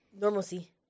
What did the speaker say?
normalcy